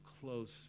close